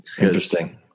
Interesting